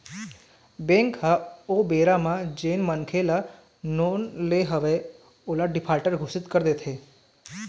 bank ह ओ बेरा म जेन मनखे ह लोन ले हवय ओला डिफाल्टर घोसित कर देथे